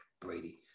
Brady